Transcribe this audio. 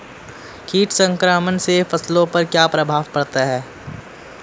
कीट संक्रमण से फसलों पर क्या प्रभाव पड़ता है?